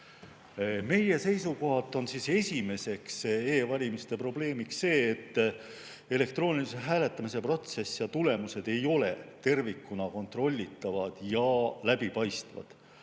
Meie seisukohalt on esimene e‑valimiste probleem see, et elektroonilise hääletamise protsess ja tulemused ei ole tervikuna kontrollitavad ja läbipaistvad.